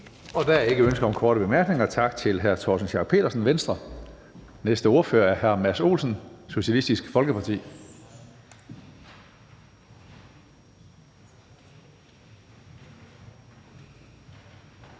Der er ikke ønske om korte bemærkninger. Tak til hr. Torsten Schack Pedersen, Venstre. Næste ordfører er hr. Mads Olsen, Socialistisk Folkeparti.